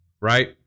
Right